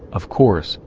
of course,